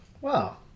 Wow